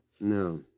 No